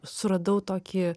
suradau tokį